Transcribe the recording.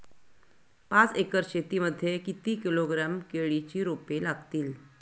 पाच एकर शेती मध्ये किती किलोग्रॅम केळीची रोपे लागतील?